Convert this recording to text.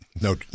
No